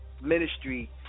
ministry